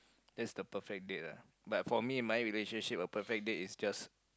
that's the perfect date lah but for me in my relationship a perfect date is just